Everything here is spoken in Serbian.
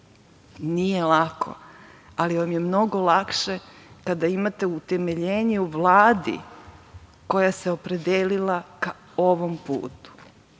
Nije lako, ali vam je mnogo lakše kada imate utemeljenje u Vladi koja se opredelila ka ovom putu.